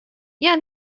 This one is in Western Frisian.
hja